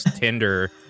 Tinder